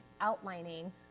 outlining